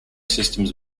systems